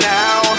now